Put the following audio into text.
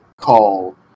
call